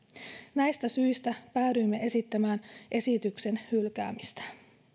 näistä syistä päädyimme esittämään esityksen hylkäämistä